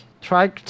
Try